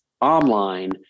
online